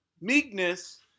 Meekness